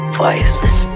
voices